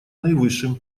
наивысшим